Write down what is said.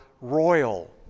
royal